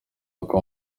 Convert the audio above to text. uko